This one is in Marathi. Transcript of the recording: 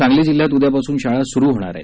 सांगली जिल्ह्यात उद्यापासून शाळा सुरू होणार आहेत